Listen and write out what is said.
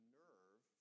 nerve